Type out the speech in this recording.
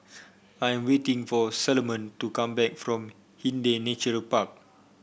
I am waiting for Salomon to come back from Hindhede Nature Park